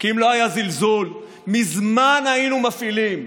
כי אם לא היה זלזול, מזמן היינו מפעילים,